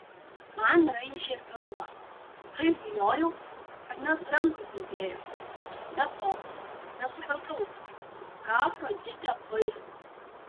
man raižė pilvą taip bijojau kad net rankos drebėjo be to nesupratau ką afroditė paisto